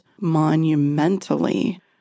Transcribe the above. monumentally